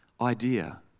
idea